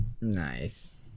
Nice